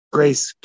Grace